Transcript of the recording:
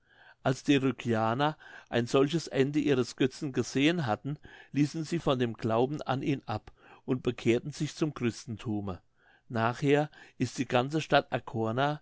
als die rügianer ein solches ende ihres götzen gesehen hatten ließen sie von dem glauben an ihn ab und bekehrten sich zum christenthume nachher ist die ganze stadt